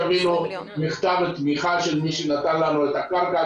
אפילו מכתב תמיכה של מי שנתן לנו את הקרקע,